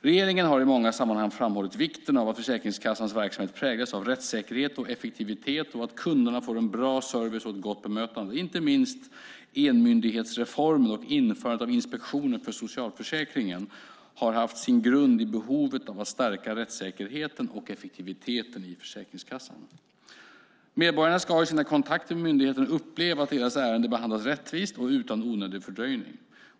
Regeringen har i många sammanhang framhållit vikten av att Försäkringskassans verksamhet präglas av rättssäkerhet och effektivitet och att kunderna får en bra service och ett gott bemötande. Inte minst enmyndighetsreformen och införandet av Inspektionen för socialförsäkringen har haft sin grund i behovet av att stärka rättssäkerheten och effektiviteten i Försäkringskassan. Medborgarna ska i sina kontakter med myndigheten uppleva att deras ärende behandlas rättvist och utan onödig fördröjning.